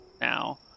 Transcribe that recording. now